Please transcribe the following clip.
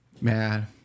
man